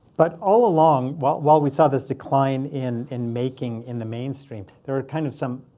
but all along, while while we saw this decline in in making in the mainstream, there were kind of some